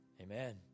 Amen